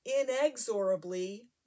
inexorably